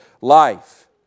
life